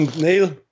Neil